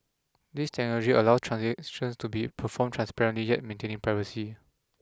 this technology allows transactions to be performed transparently yet maintaining privacy